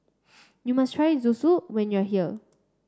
you must try Zosui when you are here